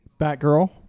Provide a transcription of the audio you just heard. Batgirl